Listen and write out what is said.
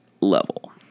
level